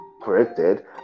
corrected